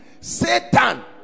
Satan